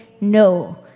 no